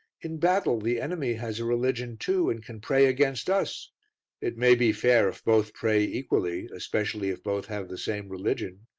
in battle the enemy has a religion too and can pray against us it may be fair if both pray equally, especially if both have the same religion.